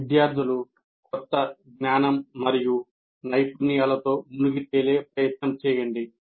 విద్యార్థులు కొత్త జ్ఞానం మరియు నైపుణ్యాలతో మునిగి తేలే ప్రయత్నం చేయండి